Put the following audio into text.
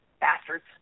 Bastards